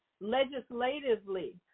legislatively